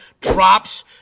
drops